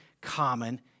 common